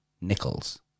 nickels